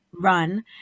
run